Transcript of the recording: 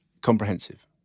comprehensive